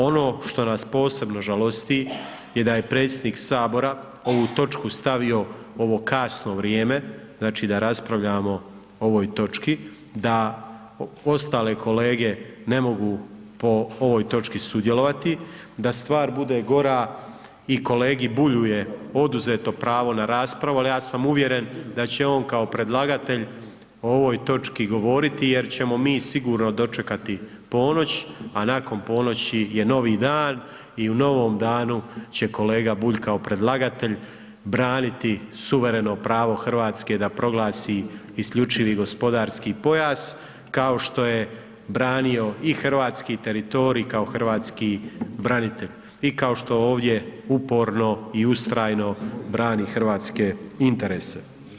Ono što nas posebno žalosti je da je predsjednik HS ovu točku stavio u ovo kasno vrijeme, znači, da raspravljamo o ovoj točki, da ostale kolege ne mogu po ovoj točki sudjelovati, da stvar bude gora i kolegi Bulju je oduzeto pravo na raspravu, al ja sam uvjeren da će on kao predlagatelj o ovoj točki govoriti jer ćemo mi sigurno dočekati ponoć, a nakon ponoći je novi dan i u novom danu će kolega Bulj kao predlagatelj braniti suvereno pravo RH da proglasi isključivi gospodarski pojas, kao što je branio i hrvatski teritorij kao hrvatski branitelj i kao što ovdje uporno i ustrajno brani hrvatske interese.